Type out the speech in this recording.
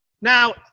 Now